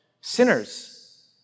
sinners